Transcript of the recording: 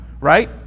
right